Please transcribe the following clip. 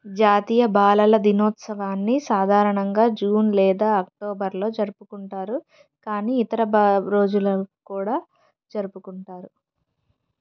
జాతీయ బాలల దినోత్సవాన్ని సాధారణంగా జూన్ లేదా అక్టోబర్లో జరుపుకుంటారు కానీ ఇతర బా రోజులో కూడా జరుపుకుంటారు